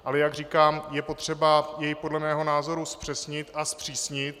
Ale jak říkám, je potřeba jej podle mého názoru zpřesnit a zpřísnit.